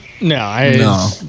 No